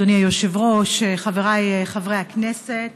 אדוני היושב-ראש, חבריי חברי הכנסת,